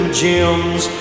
gems